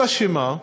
אלא מה?